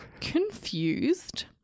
confused